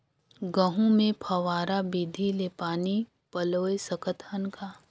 गहूं मे फव्वारा विधि ले पानी पलोय सकत हन का?